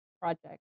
project